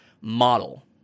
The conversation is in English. model